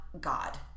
God